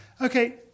Okay